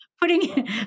putting